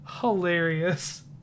hilarious